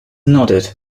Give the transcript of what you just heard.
nodded